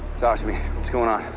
talk to me. what's going on?